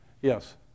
yes